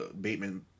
Bateman